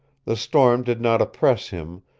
the storm did not oppress him,